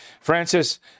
Francis